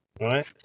right